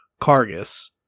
Cargus